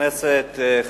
תודה רבה,